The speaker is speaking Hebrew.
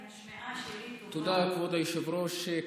תודה, כבוד היושב-ראש.